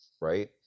right